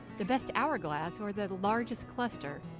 the best hourglass or the largest cluster.